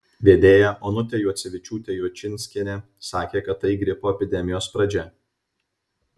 vedėja onutė juocevičiūtė juočinskienė sakė kad tai gripo epidemijos pradžia